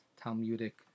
Talmudic